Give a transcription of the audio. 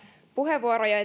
puheenvuoroja